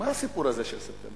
מה הסיפור הזה של ספטמבר?